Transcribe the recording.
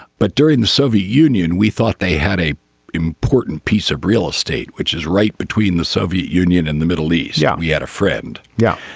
but during the soviet union we thought they a important piece of real estate which is right between the soviet union and the middle east. yeah we had a friend. yeah.